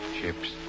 Chips